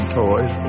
toys